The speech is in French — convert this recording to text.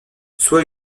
soit